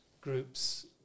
groups